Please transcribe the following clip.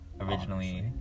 Originally